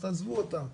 'תעזבו אותם',